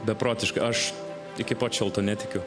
beprotiška aš iki pat šiol tuo netikiu